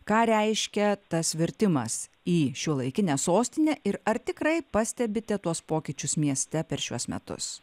ką reiškia tas virtimas į šiuolaikinę sostinę ir ar tikrai pastebite tuos pokyčius mieste per šiuos metus